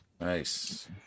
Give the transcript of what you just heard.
nice